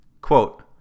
Quote